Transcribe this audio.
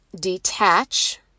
detach